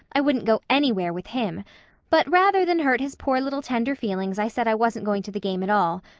i wouldn't go anywhere with him but rather than hurt his poor little tender feelings i said i wasn't going to the game at all.